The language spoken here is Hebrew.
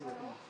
סייעו לנו,